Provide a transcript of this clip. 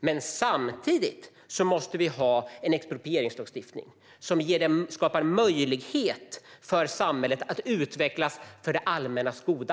Men samtidigt måste vi ha en exproprieringslagstiftning som skapar möjlighet för samhället att utvecklas för det allmännas goda.